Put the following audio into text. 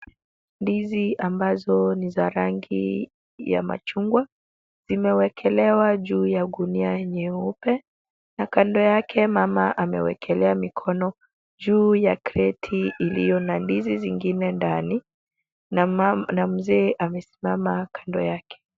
Ndizi ambazo ni za rangi ya machungwa zimewekelewa juu ya gunia nyeupe na kando yake mama amewekelea mikono juu ya kreti iliyo na ndizi zingine ndani na mzee amesimama kando yake.